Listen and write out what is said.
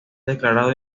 declarado